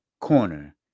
corner